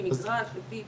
בסדר.